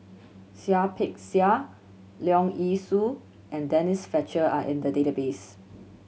Seah Peck Seah Leong Yee Soo and Denise Fletcher are in the database